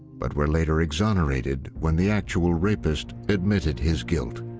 but were later exonerated when the actual rapist admitted his guilt.